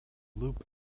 loop